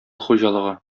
хуҗалыгы